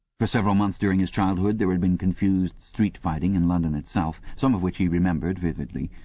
for several months during his childhood there had been confused street fighting in london itself, some of which he remembered vividly.